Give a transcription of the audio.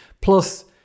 Plus